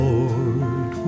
Lord